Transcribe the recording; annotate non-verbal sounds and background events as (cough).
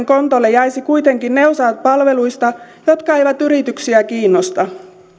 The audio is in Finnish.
(unintelligible) kontolle jäisivät kuitenkin ne osat palveluista jotka eivät yrityksiä kiinnosta